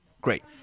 Great